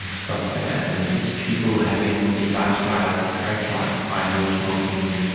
stuff like that. and these people having a lifestyle characterised by no smoking,